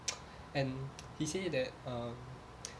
and he say that err